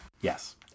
Yes